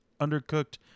undercooked